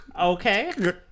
Okay